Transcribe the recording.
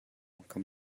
kan